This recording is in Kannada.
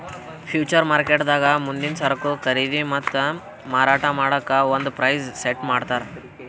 ಫ್ಯೂಚರ್ ಮಾರ್ಕೆಟ್ದಾಗ್ ಮುಂದಿನ್ ಸರಕು ಖರೀದಿ ಮತ್ತ್ ಮಾರಾಟ್ ಮಾಡಕ್ಕ್ ಒಂದ್ ಪ್ರೈಸ್ ಸೆಟ್ ಮಾಡ್ತರ್